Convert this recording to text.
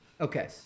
Okay